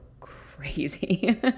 crazy